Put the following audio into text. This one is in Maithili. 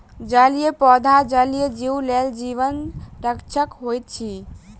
जलीय पौधा जलीय जीव लेल जीवन रक्षक होइत अछि